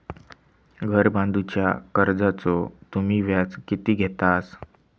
घर बांधूच्या कर्जाचो तुम्ही व्याज किती घेतास?